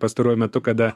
pastaruoju metu kada